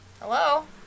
Hello